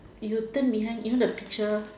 if you turn behind even the picture